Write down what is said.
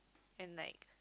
and like